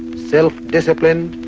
self-disciplined,